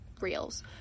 reels